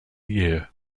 year